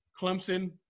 Clemson